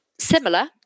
similar